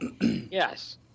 Yes